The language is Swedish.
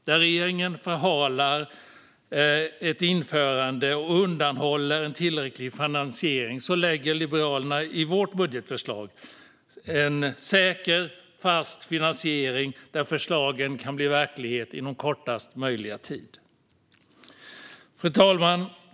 Där regeringen förhalar ett införande och undanhåller tillräcklig finansiering lägger Liberalerna i vårt budgetförslag en säker fast finansiering där förslagen kan bli verklighet inom kortast möjliga tid. Fru talman!